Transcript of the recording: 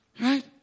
Right